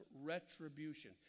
retribution